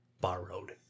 Borrowed